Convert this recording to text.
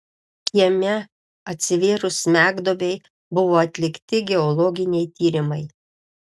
kieme atsivėrus smegduobei buvo atlikti geologiniai tyrimai